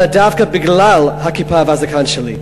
אלא דווקא בגלל הכיפה והזקן שלי.